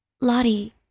Lottie